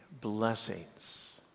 blessings